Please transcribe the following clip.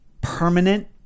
permanent